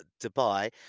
Dubai